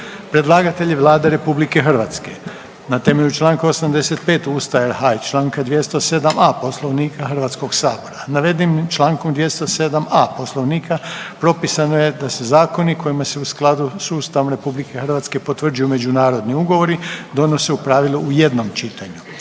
Predlagatelj je Vlada RH na temelju čl. 85 Ustava RH i čl. 207a Poslovnika Hrvatskoga sabora. Navedenim čl. 207a Poslovnika propisano je da se zakoni kojima se u skladu s Ustavom RH potvrđuju međunarodni ugovori, donose u pravilu u jednom čitanju.